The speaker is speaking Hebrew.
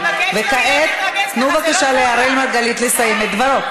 וכעת תנו בבקשה לאראל מרגלית לסיים את דברו.